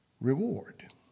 reward